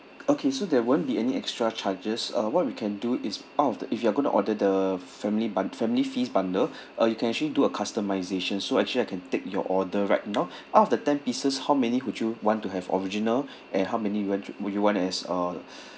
okay so there won't be any extra charges uh what we can do is out of the if you are going to order the family bun~ family feast bundle uh you can actually do a customisation so actually I can take your order right now out of the ten pieces how many would you want to have original and how many you wa~ would you want as uh